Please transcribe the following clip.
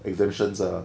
exemptions ah